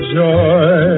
joy